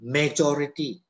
majority